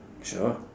sure